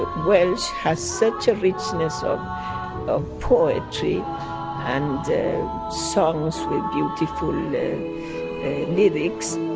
welsh has such a richness of ah poetry and songs with beautiful lyrics